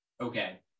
Okay